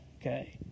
Okay